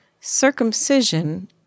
circumcision